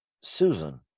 Susan